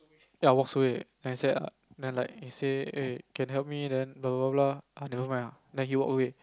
ya walks away then he say uh then like he say eh can help me then blah blah blah ah never mind lah then he walk away